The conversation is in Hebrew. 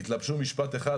התלבשו על משפט אחד,